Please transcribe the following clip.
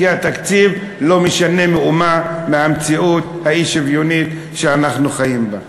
כי התקציב לא משנה מאומה מהמציאות האי-שוויונית שאנחנו חיים בה.